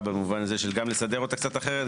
במובן הזה של גם לסדר אותה קצת אחרת,